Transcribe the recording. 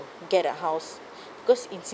get a house because in sing~